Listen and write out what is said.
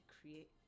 create